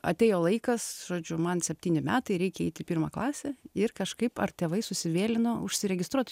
atėjo laikas žodžiu man septyni metai reikia eit į pirmą klasę ir kažkaip ar tėvai susivėlino užsiregistruot